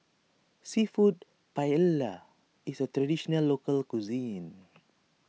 Seafood Paella is a Traditional Local Cuisine